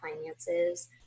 finances